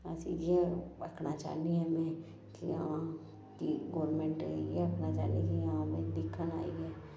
असें इ'यै आखना चाहन्नीं आं में कि हां कि गोरमेंट गी एह् आखना चांहन्नी कि हां भई दिक्खन आइयै